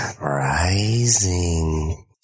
rising